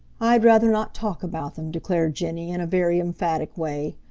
i'd rather not talk about them, declared jenny in a very emphatic way.